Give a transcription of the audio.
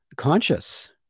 conscious